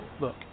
Look